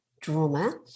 drama